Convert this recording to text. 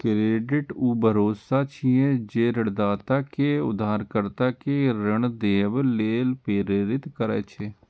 credit ऊ भरोसा छियै, जे ऋणदाता कें उधारकर्ता कें ऋण देबय लेल प्रेरित करै छै